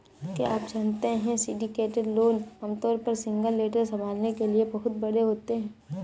क्या आप जानते है सिंडिकेटेड लोन आमतौर पर सिंगल लेंडर संभालने के लिए बहुत बड़े होते हैं?